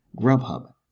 Grubhub